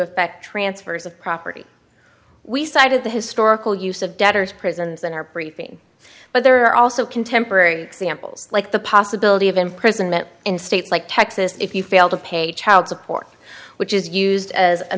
affect transfers of property we cited the historical use of debtors prisons in our briefing but there are also contemporary examples like the possibility of imprisonment in states like texas if you fail to pay child support which is used as a